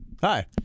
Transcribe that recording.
Hi